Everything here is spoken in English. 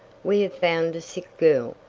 we have found a sick girl,